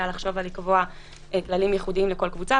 לחשוב ולקבוע כללים ייחודיים לכל קבוצה,